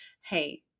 Hey